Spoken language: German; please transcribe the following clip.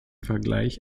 vergleich